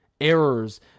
errors